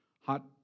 hot